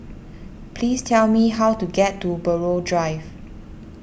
please tell me how to get to Buroh Drive